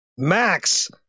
Max